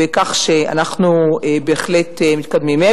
כך שאנחנו בהחלט מתקדמים.